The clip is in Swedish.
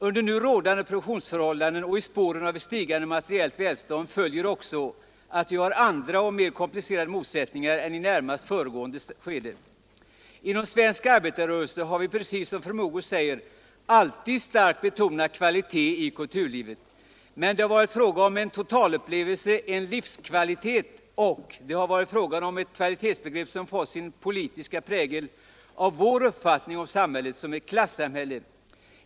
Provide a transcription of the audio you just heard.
Under nu rådande produktionsförhållanden och i spåren av ett stigande materiellt välstånd följer också att vi har andra och mer komplicerade motsättningar än i närmast föregående skede. Inom svensk arbetarrörelse har vi precis som fru Mogård säger alltid starkt betonat kvalitet i kulturlivet. Men det har varit fråga om en totalupplevelse, en livskvalitet, och det har varit fråga om ett kvalitetsbegrepp som fått sin politiska prägel av vår uppfattning om samhället som klassamhälle.